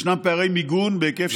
ישנם פערי מיגון בהיקף של עד,